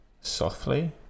softly